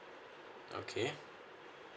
okay